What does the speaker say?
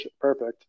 perfect